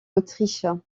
autriche